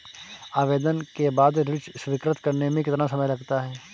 आवेदन के बाद ऋण स्वीकृत करने में कितना समय लगता है?